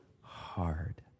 hard